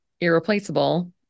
Irreplaceable